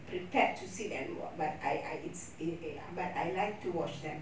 prepared to sit and watch but I I it's a a but I like to watch them